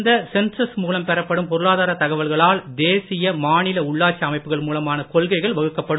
இந்த சென்சஸ் மூலம் பெறப்படும் பொருளாதார தகவல்களால் தேசிய மாநில உள்ளாட்சி அமைப்புகள் மூலமான கொள்கைகள் வகுக்கப்படும்